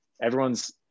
Everyone's